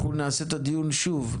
אנחנו נעשה את הדיון שוב,